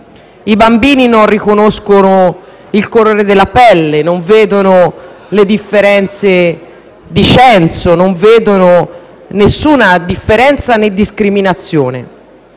I bambini non riconoscono il colore della pelle, non vedono le differenze di censo, non vedono nessuna differenza né discriminazione;